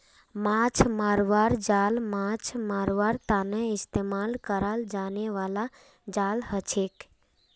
माछ मरवार जाल माछ मरवार तने इस्तेमाल कराल जाने बाला जाल हछेक